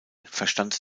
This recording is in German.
verstand